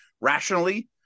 rationally